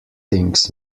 things